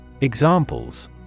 Examples